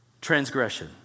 transgression